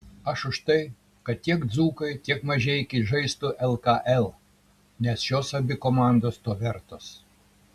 aš už tai kad tiek dzūkai tiek mažeikiai žaistų lkl nes šios abi komandos to vertos